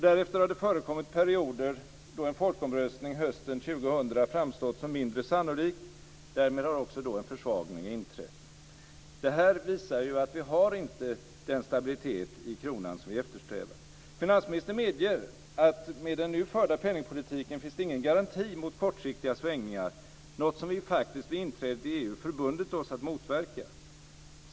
Därefter har det förekommit perioder då en folkomröstning hösten 2000 framstått som mindre sannolik. Därmed har också en försvagning inträtt. Det här visar att vi inte har den stabilitet i kronan som vi eftersträvar. Finansministern medger att med den nu förda penningpolitiken finns det ingen garanti mot kortsiktiga svängningar, något som vi faktiskt vid inträdet i EU förbundit oss att motverka.